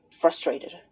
frustrated